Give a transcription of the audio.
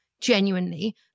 genuinely